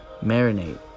Marinate